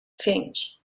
finch